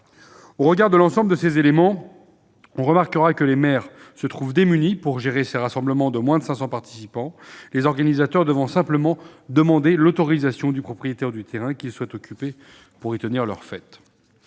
Au regard de l'ensemble de ces éléments, il apparaît que les maires se trouvent démunis pour gérer les rassemblements de moins de 500 participants ; les organisateurs doivent simplement demander l'autorisation du propriétaire du terrain où ils souhaitent tenir leur fête.